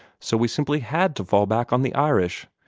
so we simply had to fall back on the irish.